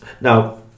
Now